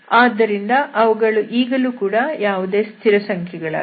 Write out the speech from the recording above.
ಆದ್ದರಿಂದ ಅವುಗಳು ಈಗಲೂ ಕೂಡ ಯಾವುದೇ ಸ್ಥಿರಸಂಖ್ಯೆಗಳಾಗಿವೆ